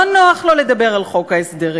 לא נוח לו לדבר על חוק ההסדרים.